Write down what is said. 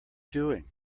doing